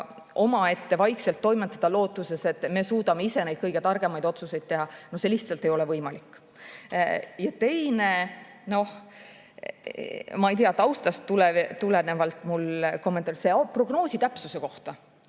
omaette vaikselt toimetada lootuses, et me suudame ise neid kõige targemaid otsuseid teha, no see lihtsalt ei ole võimalik. Teine kommentaar on mul taustast tulenevalt prognoosi täpsuse kohta.